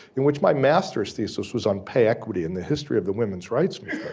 in which my master's thesis was on pay equity in the history of the women's rights